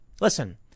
Listen